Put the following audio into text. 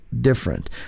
different